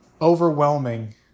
overwhelming